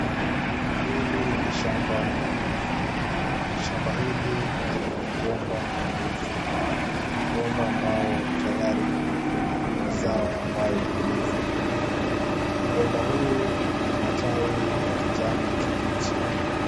Hili ni shamba la ndizi. Shamba hili lina mgomba wa ndizi. Mgomba ambao tayari ina mazao ambayo ni ndizi. Mgomba huu ina matawi ya kijani kibichi.